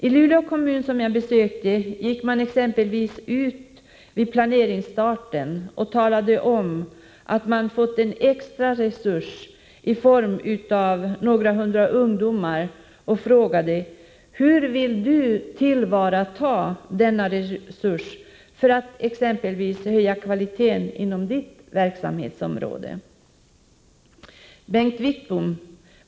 I exempelvis Luleå kommun gick man ut vid planeringsstarten och talade om att man fått en extra resurs i form av några hundra ungdomar, och man frågade: Hur vill du tillvarata denna resurs för att exempelvis höja kvaliteten inom ditt verksamhetsområde? Bengt Wittbom!